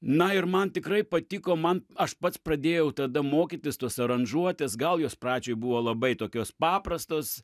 na ir man tikrai patiko man aš pats pradėjau tada mokytis tos aranžuotės gal jos pradžioj buvo labai tokios paprastos